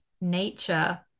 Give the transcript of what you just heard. nature